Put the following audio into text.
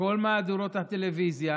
בכל מהדורות הטלוויזיה